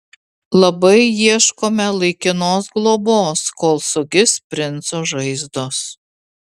labai ieškome laikinos globos kol sugis princo žaizdos